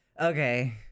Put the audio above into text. Okay